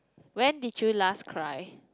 when did you last cry